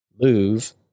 move